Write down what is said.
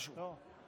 משהו.